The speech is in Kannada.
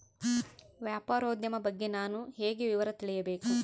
ವ್ಯಾಪಾರೋದ್ಯಮ ಬಗ್ಗೆ ನಾನು ಹೇಗೆ ವಿವರ ತಿಳಿಯಬೇಕು?